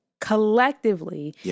collectively